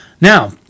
Now